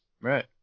right